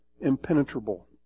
impenetrable